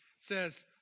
says